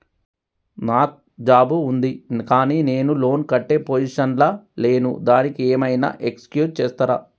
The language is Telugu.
నాకు జాబ్ ఉంది కానీ నేను లోన్ కట్టే పొజిషన్ లా లేను దానికి ఏం ఐనా ఎక్స్క్యూజ్ చేస్తరా?